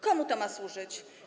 Komu to ma służyć?